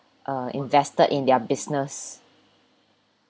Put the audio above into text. uh invested in their business